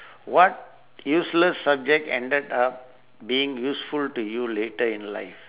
what useless subject ended up being useful to you later in life